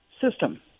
system